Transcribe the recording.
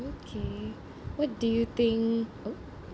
okay what do you think oh